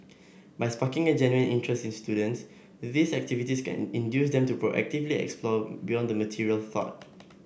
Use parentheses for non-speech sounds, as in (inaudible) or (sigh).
by sparking a genuine interest in students these activities can induce them to proactively explore beyond the material (unintelligible)